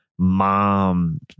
Mom